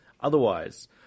Otherwise